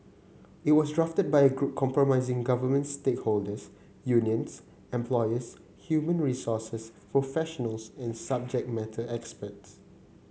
it was drafted by a group comprising government stakeholders unions employers human resources professionals and subject matter experts